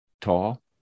tall